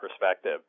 perspective